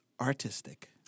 artistic